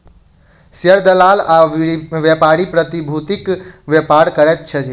share दलाल आ व्यापारी प्रतिभूतिक व्यापार करैत अछि